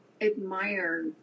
admire